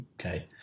Okay